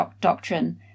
doctrine